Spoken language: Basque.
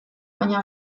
baina